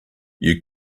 you